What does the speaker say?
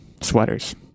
sweaters